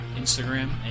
Instagram